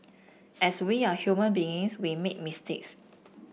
as we are human beings we make mistakes